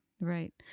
Right